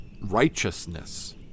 righteousness